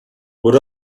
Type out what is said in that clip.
what